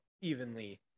evenly